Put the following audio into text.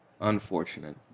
unfortunate